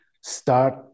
start